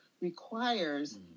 requires